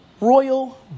royal